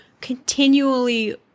continually